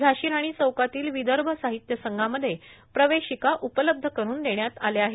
झाशी राणी चौकातील विदर्भ साहित्य संघामध्ये प्रवेशिका उपलब्ध करण्यात आल्या आहेत